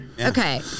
Okay